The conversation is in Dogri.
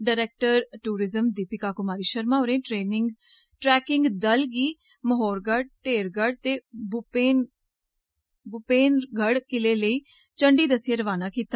डरैक्टर टयूरिसम दीपिका कुमारी शर्मा होरें ट्रेकिंग दल गी महारेगढ़ ढेरगढ़ ते भपनेरढ़ किलें लेई झंडी दस्सियै रवाना कीता